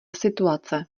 situace